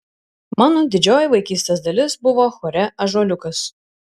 mano didžioji vaikystės dalis buvo chore ąžuoliukas